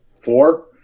four